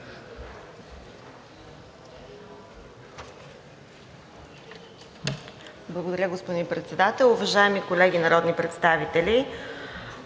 Благодаря, господин Председател. Уважаеми колеги народни представители!